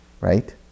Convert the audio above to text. right